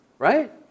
Right